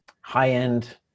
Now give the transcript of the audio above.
high-end